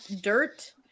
dirt